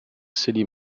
city